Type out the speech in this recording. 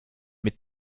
mit